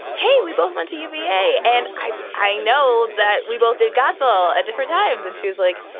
hey, we both went to uva. and i i know that we both did godspell at different times. and she was like,